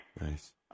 Nice